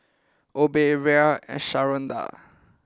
Obe Rhea and Sharonda